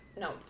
no